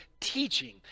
teaching